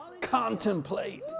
contemplate